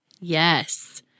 Yes